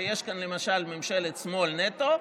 כשיש כאן למשל ממשלת שמאל נטו,